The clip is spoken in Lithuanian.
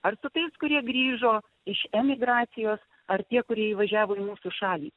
ar su tais kurie grįžo iš emigracijos ar tie kurie įvažiavo į mūsų šalį